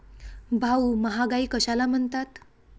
भाऊ, महागाई कशाला म्हणतात?